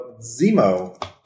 Zemo